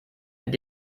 mit